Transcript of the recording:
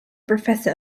professor